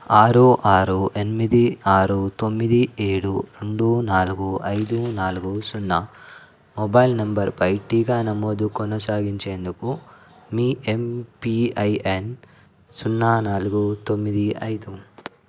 ఆరు ఆరు ఎనిమిది ఆరు తొమ్మిది ఏడు రెండు నాలుగు ఐదు నాలుగు సున్నామొబైల్ నంబరుపై టీకా నమోదు కొనసాగించేందుకు మీ ఎంపిఐఎన్ సున్నా నాలుగు తొమ్మిది ఐదు